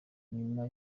nyuma